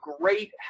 great